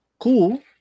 Cool